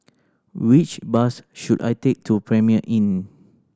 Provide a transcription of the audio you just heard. which bus should I take to Premier Inn